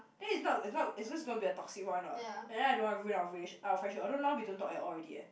that's it's not it's not it's just gonna be a toxic one what and then I don't wanna ruin our relations~ friendship although now we don't talk at all already eh